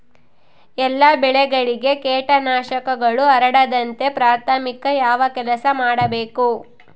ಎಲ್ಲ ಬೆಳೆಗಳಿಗೆ ಕೇಟನಾಶಕಗಳು ಹರಡದಂತೆ ಪ್ರಾಥಮಿಕ ಯಾವ ಕೆಲಸ ಮಾಡಬೇಕು?